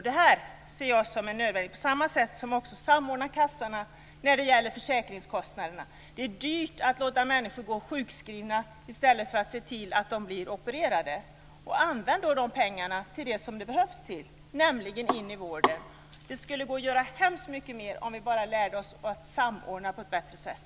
Det här ser jag som en nödvändighet, på samma sätt som vi samordnar kassorna när det gäller försäkringskostnaderna. Det är dyrt att låta människor gå sjukskrivna i stället för att se till att de blir opererade. Använd de pengarna där de behövs, nämligen i vården! Det skulle gå att göra hemskt mycket mer om vi bara lärde oss att samordna på ett bättre sätt.